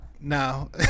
No